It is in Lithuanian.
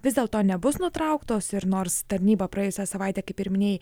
vis dėlto nebus nutrauktos ir nors tarnyba praėjusią savaitę kaip ir minėjai